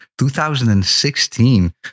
2016